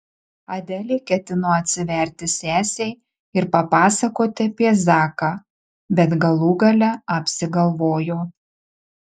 adelė ketino atsiverti sesei ir papasakoti apie zaką bet galų gale apsigalvojo